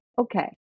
okay